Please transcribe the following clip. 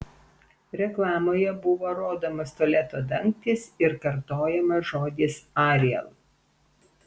reklamoje buvo rodomas tualeto dangtis ir kartojamas žodis ariel